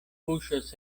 puŝas